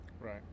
Right